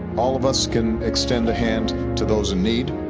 all of us can extend a hand to those in need.